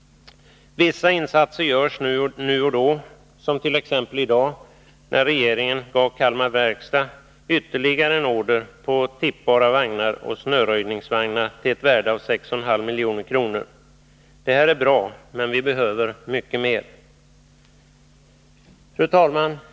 Vissa insatser görs nu och då — t.ex. i dag, när regeringen gav Kalmar Verkstads AB ytterligare en order på tippbara vagnar och snöröjningsvagnar till ett värde av 6,5 milj.kr. Det här är bra, men vi behöver mycket mera. Fru talman!